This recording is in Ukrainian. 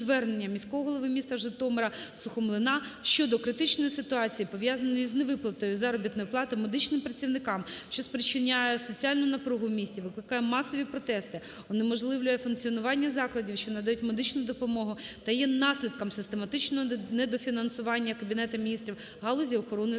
звернення міського голови міста Житомира С.І. Сухомлина щодо критичної ситуації, пов'язаної із невиплатою заробітної плати медичним працівникам, що спричиняє соціальну напругу у місті, викликає масові протести, унеможливлює функціонування закладів, що надають медичну допомогу та є наслідком систематичного недофінансування Кабінетом Міністрів галузі охорони здоров'я.